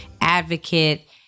advocate